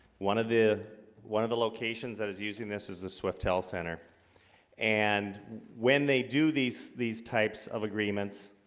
one of the one of the locations that is using this as a swift health center and when they do these these types of agreements